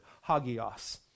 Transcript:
hagios